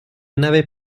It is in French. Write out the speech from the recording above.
n’avais